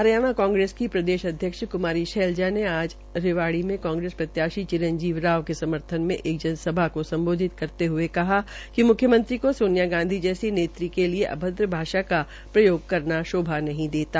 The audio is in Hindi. हरियाणा कांग्रेसकी प्रदेशाध्यक्ष क्मारी शैलजाने आज रिवाड़ी में कांग्रेस प्रत्याशी चिरंजीव राव के समर्थन में एक जनसभा को सम्बोधित करते हये कहा कि म्ख्यमंत्री को सोनिया गांधी जैसी नैत्री के लिए अभ्रद्र भाषा का प्रयोग करना शोभा नहीं देगा